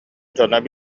дьоно